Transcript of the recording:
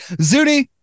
Zuni